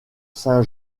saint